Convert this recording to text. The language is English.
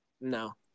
No